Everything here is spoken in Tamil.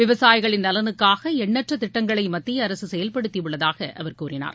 விவசாயிகளின் நலனுக்காக எண்ணற்ற திட்டங்களை மத்திய அரசு செயல்படுத்தி உள்ளதாக அவர் கூறினார்